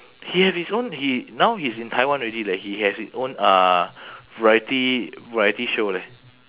he have his own he now he's in taiwan already leh he has his own uh variety variety show leh